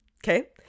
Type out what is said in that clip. okay